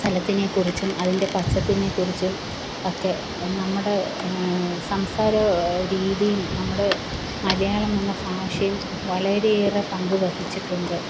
സലത്തിനെക്കുറിച്ചും അതിന്റെ പച്ചപ്പിനെക്കുറിച്ചും ഒക്കെ നമ്മുടെ സംസാര രീതിയും നമ്മുടെ മലയാളം എന്ന ഭാഷയും വളരെയേറെ പങ്ക് വഹിച്ചിട്ടുണ്ട്